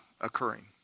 occurring